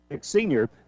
senior